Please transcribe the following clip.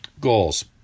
goals